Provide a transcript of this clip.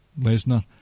Lesnar